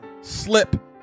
slip